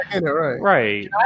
Right